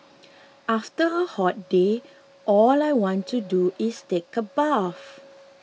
after a hot day all I want to do is take a bath